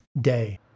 day